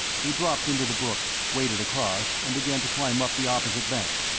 he dropped into the brook, waded across, and began to climb up the opposite bank.